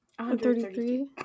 133